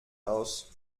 aus